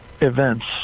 events